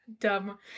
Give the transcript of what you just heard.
Dumb